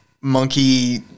monkey